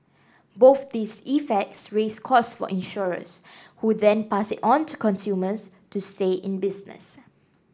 both these effects raise costs for insurers who then pass it on to consumers to stay in business